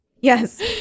yes